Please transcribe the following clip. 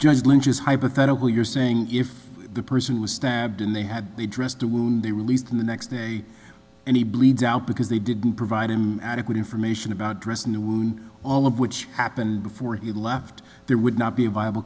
judge lynch is hypothetical you're saying if the person was stabbed in they had the dress to be released in the next day and he bleeds out because they didn't provide him adequate information about dress and all of which happened before he left there would not be a viable